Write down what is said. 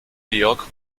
georg